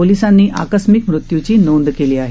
पोलिसांनी आकस्मिक मृत्यूची नोंद केली आहे